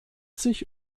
sich